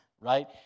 right